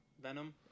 venom